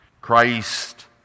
Christ